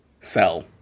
sell